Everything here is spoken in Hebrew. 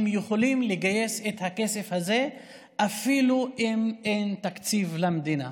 יכולים לגייס את הכסף הזה אפילו אם אין תקציב למדינה.